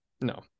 No